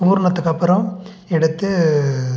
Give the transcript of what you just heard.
ஊறினதுக்கு அப்புறம் எடுத்து